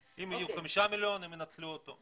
אם יהיו חמישה מיליון, הם ינצלו אותם.